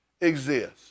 exists